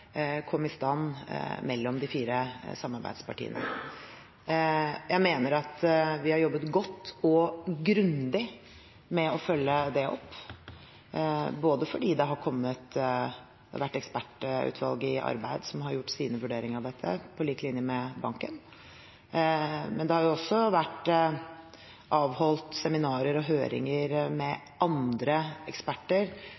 kom i stand mellom de fire samarbeidspartiene. Jeg mener at vi har jobbet godt og grundig med å følge det opp. Det har vært et ekspertutvalg i arbeid, som har gjort sine vurderinger av dette, på lik linje med banken, men det har også vært avholdt seminarer og høringer